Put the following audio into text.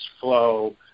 flow